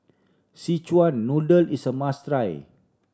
Szechuan Noodle is a must try